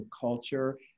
culture